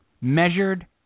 Measured